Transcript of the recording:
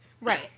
Right